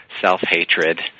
self-hatred